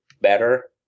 better